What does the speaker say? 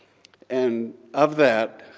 and of that,